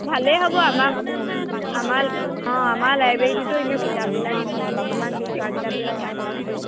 ভালেই হ'ব আমাক আমাৰ অঁ আমাৰ লাইব্ৰেৰীতো এনেও কিতাপবিলাক কিছুমান বিচৰা কিতাপবিলাক নাপাওঁৱেচোন